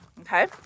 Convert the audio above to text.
okay